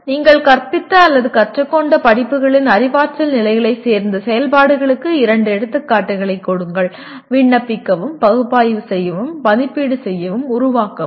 நீங்கள் கற்பித்த அல்லது கற்றுக்கொண்ட படிப்புகளின் அறிவாற்றல் நிலைகளைச் சேர்ந்த செயல்பாடுகளுக்கு இரண்டு எடுத்துக்காட்டுகளைக் கொடுங்கள் விண்ணப்பிக்கவும் பகுப்பாய்வு செய்யவும் மதிப்பீடு செய்யவும் உருவாக்கவும்